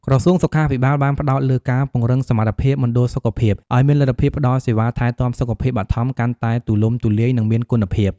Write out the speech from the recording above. ក្រសួងសុខាភិបាលបានផ្តោតលើ ការពង្រឹងសមត្ថភាពមណ្ឌលសុខភាព ឱ្យមានលទ្ធភាពផ្តល់សេវាថែទាំសុខភាពបឋមកាន់តែទូលំទូលាយ និងមានគុណភាព។